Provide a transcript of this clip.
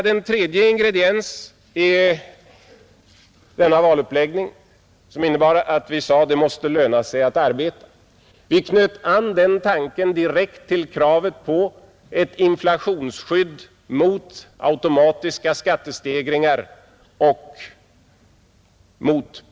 Ett tredje avsnitt i vår valuppläggning innebar att vi sade: Det måste löna sig att arbeta! Vi knöt an den tanken direkt till kravet på ett inflationsskydd mot automatiska skattestegringar.